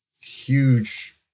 huge